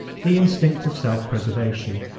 the instinct of self-preservation